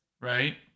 right